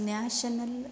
national